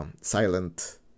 silent